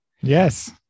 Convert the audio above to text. Yes